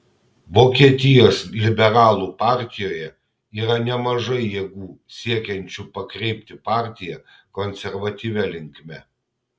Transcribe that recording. vokietijos liberalų partijoje yra nemažai jėgų siekiančių pakreipti partiją konservatyvia linkme